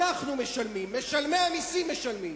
אנחנו משלמים, משלמי המסים משלמים.